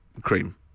cream